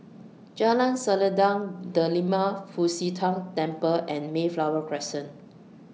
Jalan Selendang Delima Fu Xi Tang Temple and Mayflower Crescent